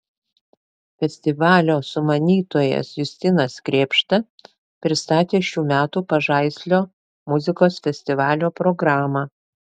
festivalio sumanytojas justinas krėpšta pristatė šių metų pažaislio muzikos festivalio programą